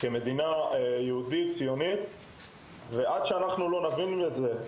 כמדינה יהודית וציונית וזה חשוב לי לדייק את זה.